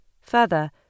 Further